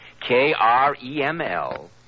K-R-E-M-L